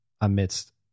amidst